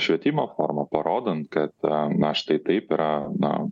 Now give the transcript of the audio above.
švietimo forma parodant kad na štai taip yra na